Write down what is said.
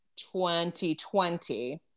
2020